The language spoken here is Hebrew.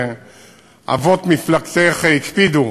שאבות מפלגתך הקפידו